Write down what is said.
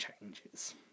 changes